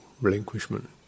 relinquishment